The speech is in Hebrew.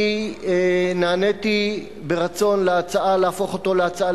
אני נעניתי ברצון להצעה להפוך אותו להצעה